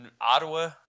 Ottawa